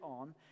on